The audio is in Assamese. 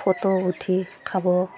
ফটো উঠি খাব